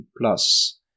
plus